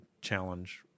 challenge